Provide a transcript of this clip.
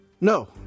no